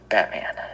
Batman